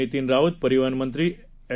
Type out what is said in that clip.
नितीन राऊत परिवहन मंत्री ऍड